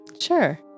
Sure